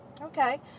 Okay